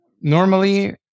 normally